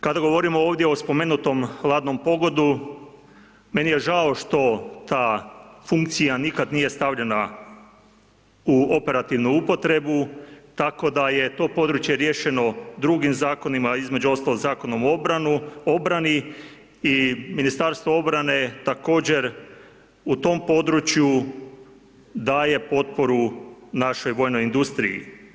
Kada govorimo ovdje o spomenutom hladnom pogonu meni je žao što ta funkcija nikad nije stavljena u operativnu upotrebu tako da je to područje riješeno drugim zakonima, između ostalog Zakonom o obrani i Ministarstvo obrane također u tom području daje potporu našoj vojnoj industriji.